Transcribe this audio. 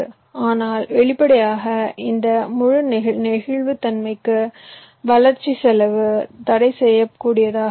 ஆனால் வெளிப்படையாக இந்த முழு நெகிழ்வுத்தன்மைக்கு வளர்ச்சி செலவு தடைசெய்யக்கூடியதாக இருக்கும்